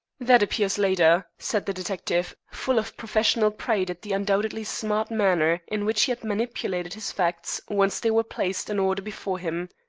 that appears later, said the detective, full of professional pride at the undoubtedly smart manner in which he had manipulated his facts once they were placed in order before him.